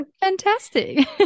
Fantastic